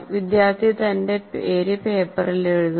വിദ്യാർത്ഥി തന്റെ പേര് പേപ്പറിൽ എഴുതുന്നു